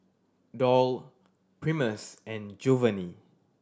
Doyle Primus and Jovanny